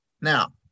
Now